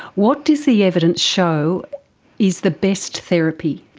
what does the evidence show is the best therapy?